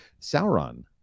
Sauron